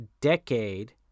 decade